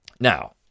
now